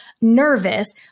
nervous